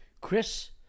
Chris